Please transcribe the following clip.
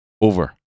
Over